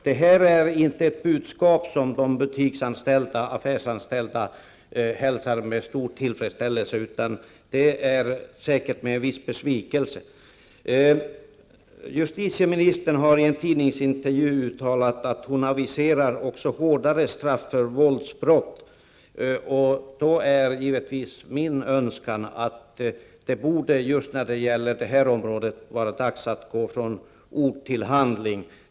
Det är inte ett budskap som de butiksanställda hälsar med tillfredsställelse, utan säkert med en viss besvikelse. Justitieministern har i en tidningsintervju uttalat att hon aviserar också hårdare straff för våldsbrott. Då är det givetvis min önskan att man på det här området äntligen går från ord till handling.